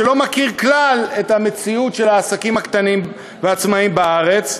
שלא מכיר כלל את המציאות של העסקים הקטנים והעצמאיים בארץ,